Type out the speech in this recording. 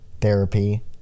therapy